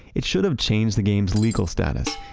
it should have changed the game's legal status.